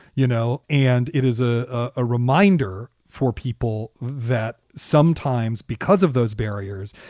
you know, and it is a ah reminder for people that sometimes because of those barriers,